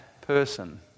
person